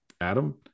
Adam